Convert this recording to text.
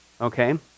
okay